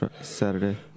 saturday